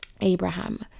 Abraham